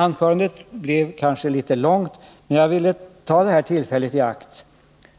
Anförandet blev kanske litet långt, men jag ville ta det här tillfället i akt